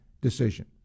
decision